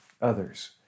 others